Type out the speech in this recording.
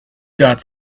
got